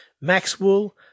Maxwell